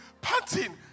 panting